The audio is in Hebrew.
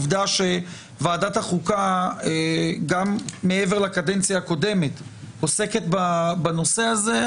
עובדה שוועדת החוקה גם מעבר לקדנציה הקודמת עוסקת בנושא הזה.